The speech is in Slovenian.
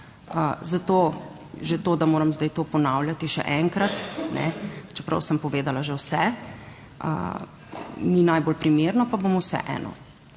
zato že to, da moram zdaj to ponavljati še enkrat, čeprav sem povedala že vse, ni najbolj primerno, pa bom vseeno.